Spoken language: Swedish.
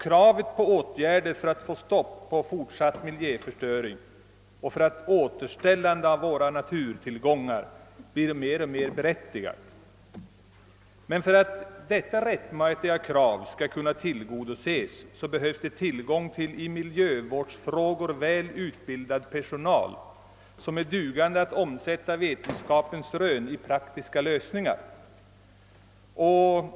Kravet på åtgärder för att få ett stopp på miljöförstöringen och för att återställa våra naturtillgångar blir mer och mer berättigat. Men för att detta rättmätiga krav skall kunna tillgodoses behövs det tillgång till i miljövårdsfrågor välutbildad personal, som har kunskaper för att omsätta vetenskapens rön i praktiska lösningar.